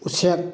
ꯎꯆꯦꯛ